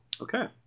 Okay